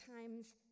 times